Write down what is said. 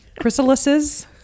Chrysalises